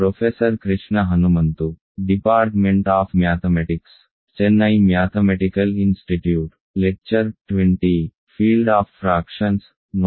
కొనసాగిద్దాం